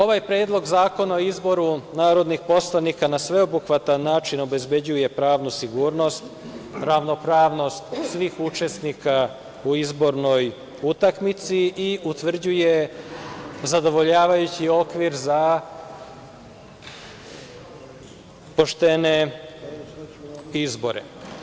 Ovaj Predlog zakona o izboru narodnih poslanika na sveobuhvatan način obezbeđuje pravnu sigurnost, ravnopravnost svih učesnika u izbornoj utakmici i utvrđuje zadovoljavajući okvir za poštene izbore.